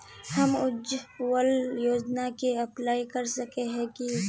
हम उज्वल योजना के अप्लाई कर सके है की?